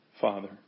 Father